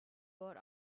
bought